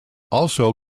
also